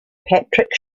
patrick